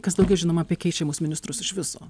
kas daugiau žinoma apie keičiamus ministrus iš viso